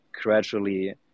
gradually